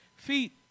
feet